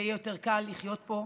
ויהיה יותר קל לחיות פה.